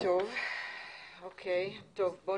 בואו